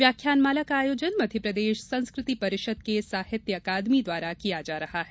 व्याख्यानमाला का आयोजन मध्यप्रदेश संस्कृति परिषद् के साहित्य अकादमी द्वारा किया जा रहा है